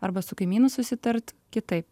arba su kaimynu susitart kitaip